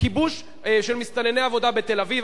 כיבוש של מסתנני עבודה בתל-אביב,